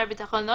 הראשי סבר שיש